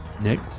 Nick